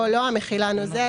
או לא, המכילה נוזל